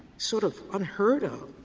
sort of unheard of,